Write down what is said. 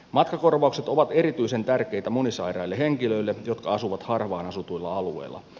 matkakorvaukset ovat erityisen tärkeitä monisairaille henkilöille jotka asuvat harvaan asutuilla alueilla